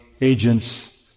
agents